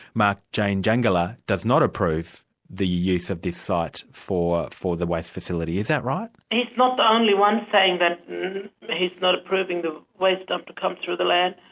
mark lane jangala, does not approve the use of this site for for the waste facility. is that right? and he's not the only one saying that he's not approving the waste dump to come through the land.